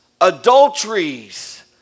adulteries